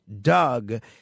Doug